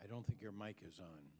i don't think your mike is on